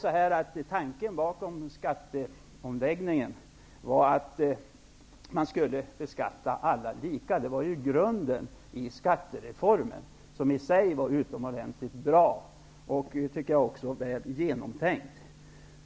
Tanken bakom skatteomläggningen var att alla skulle beskattas lika. Det var ju grunden för skattereformen, som i sig var utomordentligt bra och väl genomtänkt.